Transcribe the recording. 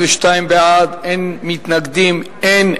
22 בעד, אין מתנגדים ואין נמנעים.